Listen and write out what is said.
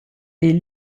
est